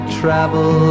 travel